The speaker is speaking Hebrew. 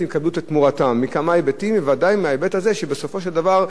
ודאי מההיבט הזה שבסופו של דבר הלקוח הוא האחרון ברשימה,